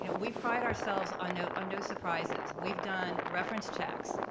we pride ourselves on no on no surprises. we've done reference checks.